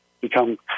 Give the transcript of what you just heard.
become